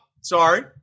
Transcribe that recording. sorry